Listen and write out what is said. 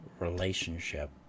relationship